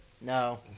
No